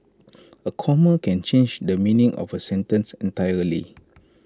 A comma can change the meaning of A sentence entirely